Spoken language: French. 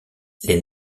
les